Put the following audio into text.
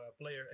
player